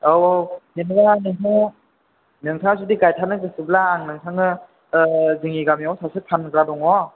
औ औ जेनेबा नोंथाङा नोंथाङा जुदि गायथारनो गोसोब्ला आं नोंथानो जोंनि गामिआवनो सासे फानग्रा दङ